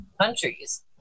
countries